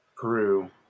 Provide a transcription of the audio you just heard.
Peru